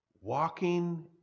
Walking